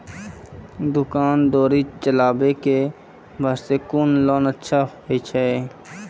दुकान दौरी चलाबे के बास्ते कुन लोन अच्छा होय छै?